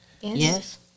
Yes